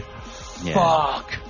Fuck